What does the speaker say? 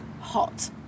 hot